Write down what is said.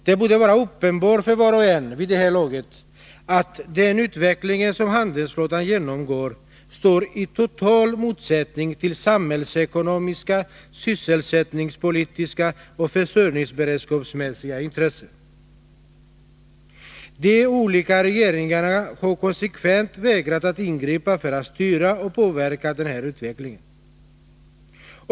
Det borde vara uppenbart för var och en, vid det här laget, att den utveckling som handelsflottan genomgår står i total motsättning till samhällsekonomiska, sysselsättningspolitiska och försörjningsberedskapsmässiga intressen. De olika regeringarna har konsekvent vägrat att ingripa för att styra och påverka den här utvecklingen.